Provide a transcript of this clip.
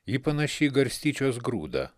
ji panaši į garstyčios grūdą